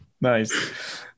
nice